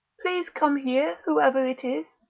please come here, whoever it is.